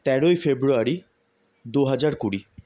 তেরোই ফেব্রুয়ারি দু হাজার কুড়ি